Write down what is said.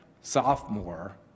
sophomore